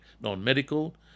non-medical